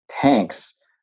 tanks